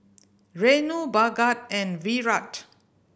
Renu Bhagat and Virat